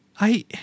I